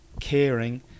caring